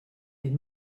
est